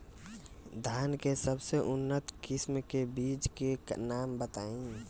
धान के सबसे उन्नत किस्म के बिज के नाम बताई?